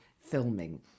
filming